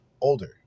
older